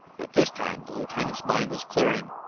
but this time the lieutenant's mind was clearing.